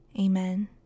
Amen